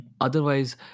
otherwise